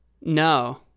No